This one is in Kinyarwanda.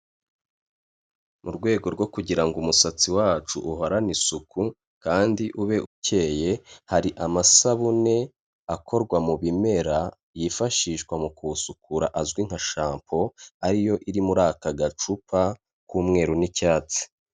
Mu rwego rwo kugira ngo umusatsi wacu uhorane isuku kandi ube ukeyeye, hari amasabune akorwa mu bimera yifashishwa mu kuwusukura azwi nka shampo, ariyo iri muri aka gacupa k'umweru n'icyatsi.